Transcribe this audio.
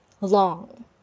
long